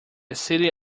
city